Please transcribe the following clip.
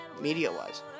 media-wise